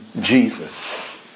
Jesus